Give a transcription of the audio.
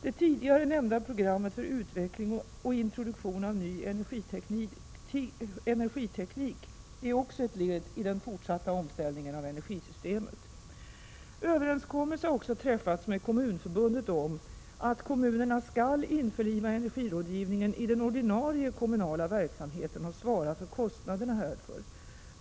Det tidigare nämnda programmet för utveckling och introduktion av ny energiteknik är också ett led i den fortsatta omställningen av energisystemet. Överenskommelse har också träffats med Kommunförbundet om att kommunerna skall införliva energirådgivningen i den ordinarie kommunala verksamheten och svara för kostnaderna härför.